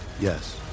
Yes